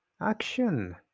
action